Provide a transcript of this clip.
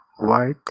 white